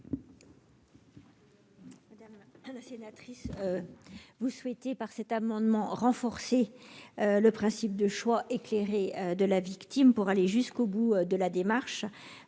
Madame la sénatrice Benbassa, vous souhaitez par cet amendement renforcer le principe de choix éclairé de la victime, pour aller jusqu'au bout de la démarche